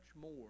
more